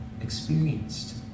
experienced